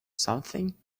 something